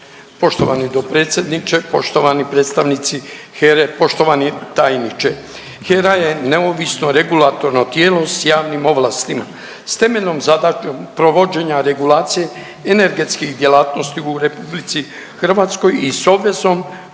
Poštovani dopredsjedniče, poštovani predstavnici HERE, poštovani tajniče. HERA je neovisno regulatorno tijelo s javnim ovlastima s temeljnom zadaćom provođenja regulacije energetskih djelatnosti u RH i s obvezom